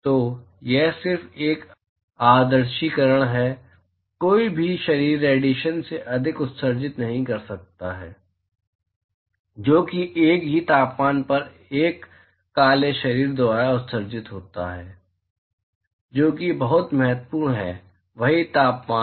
तो यह सिर्फ एक आदर्शीकरण है कोई भी शरीर रेडिएशन से अधिक उत्सर्जित नहीं कर सकता है जो कि एक ही तापमान पर एक काले शरीर द्वारा उत्सर्जित होता है जो कि बहुत महत्वपूर्ण है वही तापमान